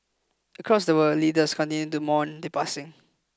across the world leaders continued to mourn the passing